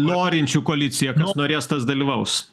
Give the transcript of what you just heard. norinčių koalicija kas norės tas dalyvaus